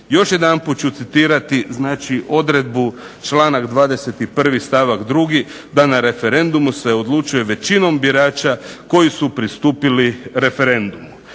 Još jedanput ću citirati znači odredbu članak 21. stavak 2. da na referendumu se odlučuje većinom birača koji su pristupili referendumu.